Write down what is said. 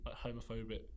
homophobic